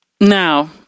now